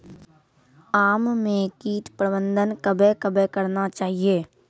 आम मे कीट प्रबंधन कबे कबे करना चाहिए?